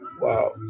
Wow